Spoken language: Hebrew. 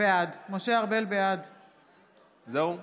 בעד זהו?